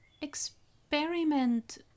experiment